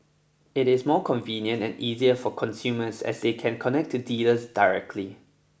it is more convenient and easier for consumers as they can connect to dealers directly